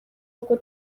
nibwo